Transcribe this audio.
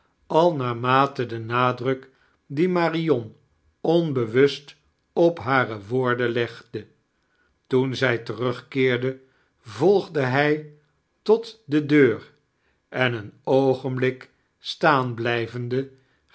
al naarmate den nadruk dien marion onbewust op hare woorden legde toen zij terugkeerde volgde hij tot de deur en een oogenblik staan blijvende